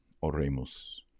Oremus